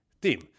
team